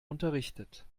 unterrichtet